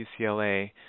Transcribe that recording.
UCLA